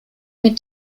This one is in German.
mit